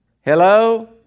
Hello